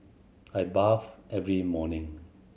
I bathe every morning